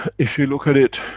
if you look at it,